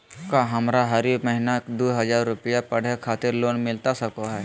का हमरा हरी महीना दू हज़ार रुपया पढ़े खातिर लोन मिलता सको है?